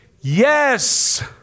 Yes